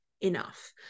enough